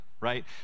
Right